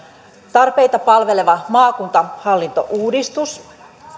tarpeita palveleva maakuntahallintouudistus